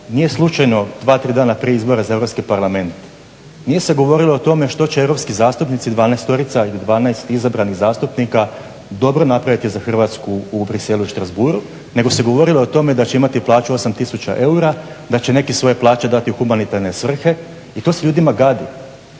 nije slučajno dva, tri dana prije izbora za Europski parlament nije se govorilo o tome što će europski zastupnici dvanaestorica ili dvanaest izabranih zastupnika dobro napraviti za Hrvatsku u Bruxellesu i Strasbourgu nego se govorilo o tome da će imati plaću 8000 eura, da će neki svoje plaće dati u humanitarne svrhe i to se ljudima gadi.